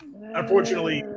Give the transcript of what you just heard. Unfortunately